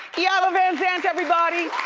iyanla vanzant everybody.